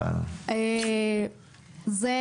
אבל --- זה